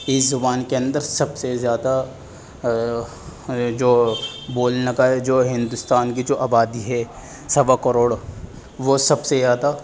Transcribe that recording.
اس زبان کے اندر سب سے زیادہ جو بولنے کا جو ہندوستان کی جو آبادی ہے سوا کروڑ وہ سب سے زیادہ